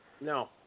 No